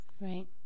Right